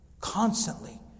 Constantly